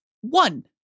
one